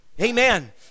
amen